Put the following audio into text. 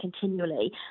continually